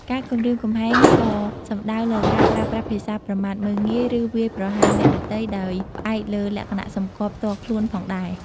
ការគំរាមកំហែងក៏សំដៅលើការប្រើប្រាស់ភាសាប្រមាថមើលងាយ ឬវាយប្រហារអ្នកដទៃដោយផ្អែកលើលក្ខណៈសម្គាល់ផ្ទាល់ខ្លួនផងដែរ។